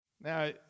Now